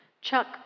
Chuck